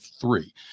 three